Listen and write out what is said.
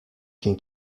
quien